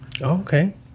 Okay